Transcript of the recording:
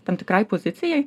tam tikrai pozicijai